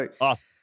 Awesome